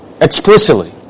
Explicitly